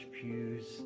pews